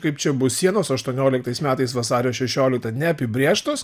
kaip čia bus sienos aštuonioliktais metais vasario šešioliktą neapibrėžtos